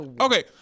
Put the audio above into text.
Okay